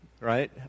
right